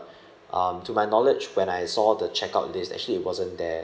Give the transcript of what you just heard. um to my knowledge when I saw the check out list actually it wasn't there